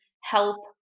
help